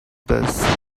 this